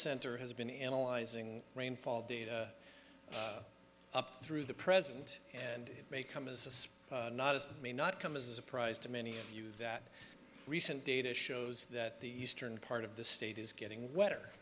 center has been analyzing rainfall data up through the present and it may come as not as may not come as a surprise to many of you that recent data shows that the eastern part of the state is getting wetter